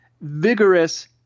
vigorous